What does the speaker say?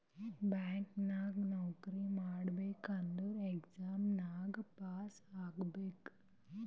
bank ನಾಗ್ ನೌಕರಿ ಮಾಡ್ಬೇಕ ಅಂದುರ್ ಎಕ್ಸಾಮ್ ಬರ್ದು ಪಾಸ್ ಆಗ್ಬೇಕ್